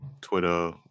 Twitter